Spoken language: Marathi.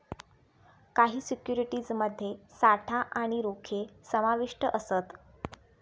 काही सिक्युरिटीज मध्ये साठा आणि रोखे समाविष्ट असत